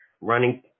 running